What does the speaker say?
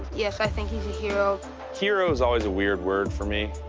yes, i think he's a hero hero is always a weird word for me.